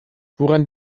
woran